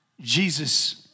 Jesus